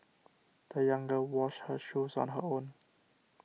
the young girl washed her shoes on her own